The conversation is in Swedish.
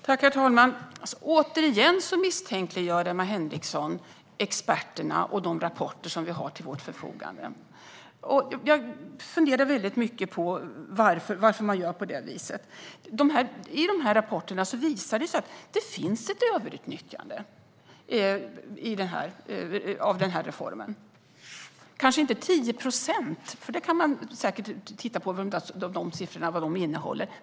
Herr talman! Återigen misstänkliggör Emma Henriksson experterna och de rapporter vi har till vårt förfogande. Jag funderar på varför hon gör det. Rapporterna visar att det finns ett överutnyttjande av denna reform. Kanske är det inte 10 procent; man kan säkert titta på vad siffrorna innehåller.